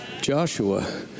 joshua